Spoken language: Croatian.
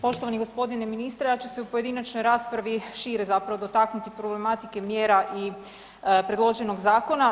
poštovani g. ministre, ja ću se u pojedinačnoj raspravi šire zapravo dotaknuti problematike mjera i predloženog zakona.